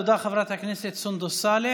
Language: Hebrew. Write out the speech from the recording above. תודה, תודה, חברת הכנסת סונדוס סאלח.